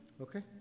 Okay